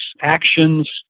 actions